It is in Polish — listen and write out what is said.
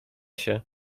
się